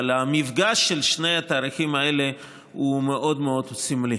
אבל המפגש של שני התאריכים האלה הוא מאוד מאוד סמלי.